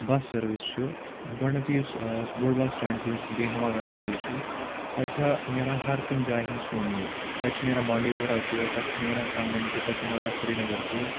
بَس service چھُ گۄڈٕنٮ۪تھٕے یُس بوٚڑ بَس سِٹٮ۪نٛڈ چھُ یُس بیٖہاما گانٛدَربَل چھُ تَتہِ چھا نیران ہر کُنہِ جایہِ ہِنٛدۍ سومو تَتہِ چھِ نیران بانٛڈی پورہ تہِ تَتہِ چھُ نیران کَنٛگَن تہِ تَتہِ چھُ نیران سرینگر تہِ